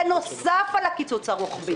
בנוסף לקיצוץ הרוחבי.